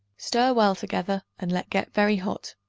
stir well together and let get very hot.